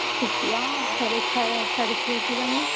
six ఫిఫ్టీయా సరే స సరి చేసి ఇవ్వండి